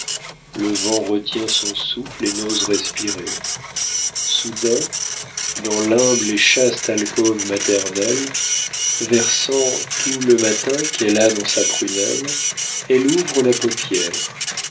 le vent retient son souffle et n'ose respirer soudain dans l'humble et chaste alcôve maternelle versant tout le matin qu'elle a dans sa prunelle elle ouvre la paupière